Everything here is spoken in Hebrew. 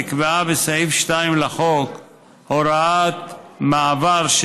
נקבעה בסעיף 2 לחוק הוראת מעבר,